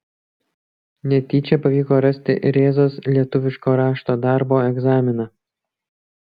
netyčia pavyko rasti rėzos lietuviško rašto darbo egzaminą